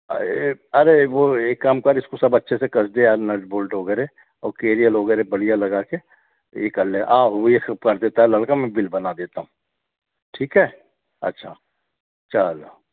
अरे अरे वो एक काम कर इसको सब अच्छे से कस दे यार नट बोल्ट वगैरे और केरियल वगैरे बढियाँ लगाके इ करले आओ वे सब कर देता है लड़का में बिल बना देता हूँ ठीक है अच्छा चलो